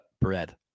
bread